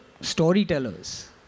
storytellers